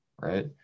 right